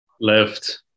left